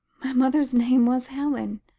mother's name was helen,